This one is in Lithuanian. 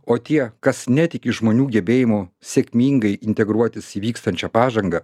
o tie kas netiki žmonių gebėjimu sėkmingai integruotis į vykstančią pažangą